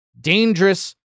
dangerous